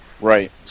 Right